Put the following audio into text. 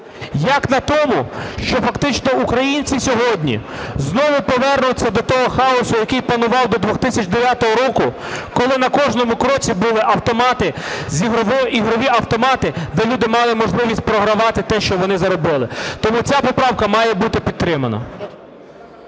як на тому, що фактично українці сьогодні знову повернуться до того хаосу, який панував до 2009 року, коли на кожному кроці були автомати, ігрові автомати, де люди мали можливість програвати те, що вони заробили. Тому ця поправка має бути підтримана.